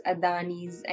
Adani's